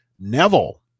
Neville